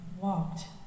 walked